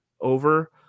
over